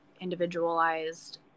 individualized